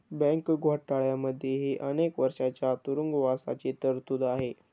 bank घोटाळ्यांमध्येही अनेक वर्षांच्या तुरुंगवासाची तरतूद आहे